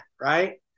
right